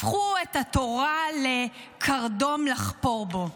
הפכו את התורה לקרדום לחפור בו: